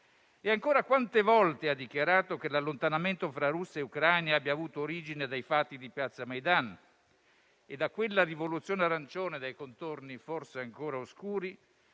E, ancora, quante volte ha dichiarato che l'allontanamento fra Russia e Ucraina abbia avuto origine dai fatti di piazza Maidan e da quella rivoluzione arancione, dai contorni forse ancora oscuri,